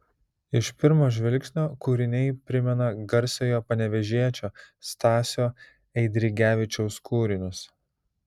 iš pirmo žvilgsnio kūriniai primena garsiojo panevėžiečio stasio eidrigevičiaus kūrinius